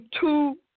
two